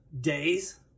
days